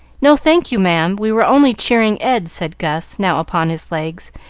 no, thank you, ma'am, we were only cheering ed, said gus, now upon his legs,